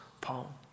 Paul